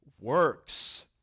works